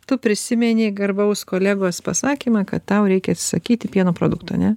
tu prisimeni garbaus kolegos pasakymą kad tau reikia atsisakyti pieno produktų ane